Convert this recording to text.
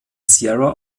sierra